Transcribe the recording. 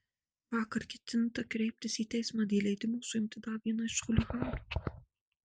vakar ketinta kreiptis į teismą dėl leidimo suimti dar vieną iš chuliganų